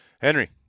Henry